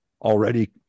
already